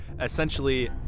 essentially